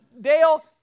Dale